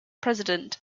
president